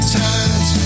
times